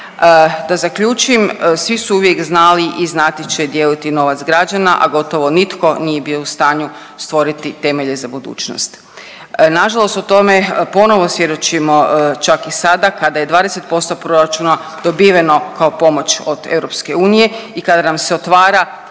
Da zaključim, svi su uvijek znali i znati će dijeliti novac građana, a gotovo nitko nije bio u stanju stvoriti temelje za budućnost. Nažalost o tome ponovo svjedočimo čak i sada kada je 20% proračuna dobiveno kao pomoć od EU i kada nam se otvara